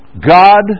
God